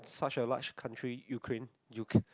such a large country Ukraine Uk~